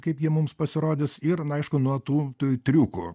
kaip jie mums pasirodys ir na aišku nuo tų triukų